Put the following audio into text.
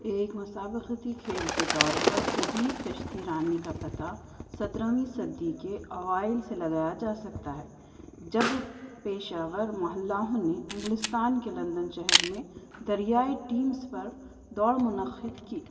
ایک مسابقتی کھیل کے طور پر جدید کشتی رانی کا پتا سترہویں صدی کے اوائل سے لگایا جا سکتا ہے جب پیشہور محلوں نے اِنگلستان کے لندن شہر میں دریائے ٹیمز پر دوڑ منعقد کی